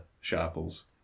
Sharples